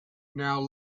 now